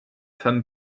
femme